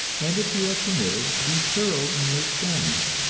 and if you are permitted to be thorough in your experiments,